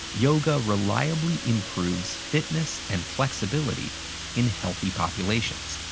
yoga reliably improves fitness and flexibility in healthy populations.